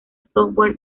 software